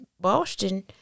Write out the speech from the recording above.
Boston